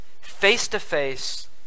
face-to-face